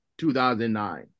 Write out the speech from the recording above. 2009